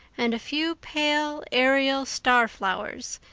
and a few pale, aerial starflowers,